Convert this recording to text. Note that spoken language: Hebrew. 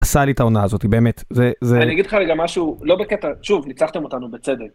‫הכסה לי את ההונה הזאת, באמת. ‫-אני אגיד לך גם משהו, ‫לא בקטע, שוב, ‫ניצחתם אותנו בצדק.